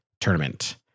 tournament